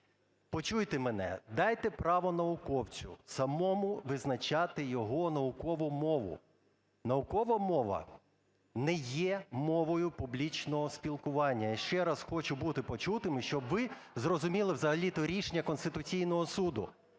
почуйте мене. Дайте право науковцю самому визначати його наукову мову. Наукова мова не є мовою публічного спілкування. Я ще раз хочу бути почутим, і щоб ви зрозуміли взагалі-то рішення Конституційного Суду.